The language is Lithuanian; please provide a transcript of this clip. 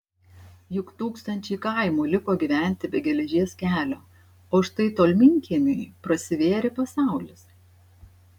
juk tūkstančiai kaimų liko gyventi be geležies kelio o štai tolminkiemiui prasivėrė pasaulis